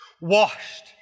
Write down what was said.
Washed